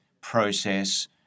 process